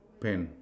pan